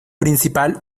principal